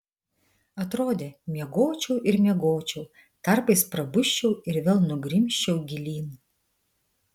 atrodė miegočiau ir miegočiau tarpais prabusčiau ir vėl nugrimzčiau gilyn